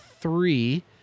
three